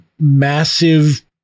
massive